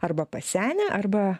arba pasenę arba